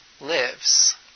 lives